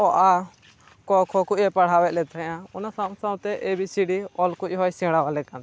ᱚ ᱟ ᱠᱚ ᱠᱷ ᱠᱚᱡ ᱮ ᱯᱟᱲᱦᱟᱣ ᱞᱮ ᱛᱟᱦᱮᱱᱟ ᱚᱱᱟ ᱥᱟᱶ ᱥᱟᱶ ᱛᱮ ᱮ ᱵᱤ ᱥᱤ ᱰᱤ ᱚᱞ ᱠᱚᱡ ᱦᱚᱸᱭ ᱥᱮᱬᱟ ᱟᱞᱮ ᱠᱟᱱ ᱛᱟᱦᱮᱸᱱᱟ